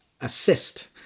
assist